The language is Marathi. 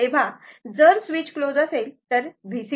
तेव्हा जर स्विच क्लोज असेल तर VCt